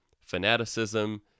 Fanaticism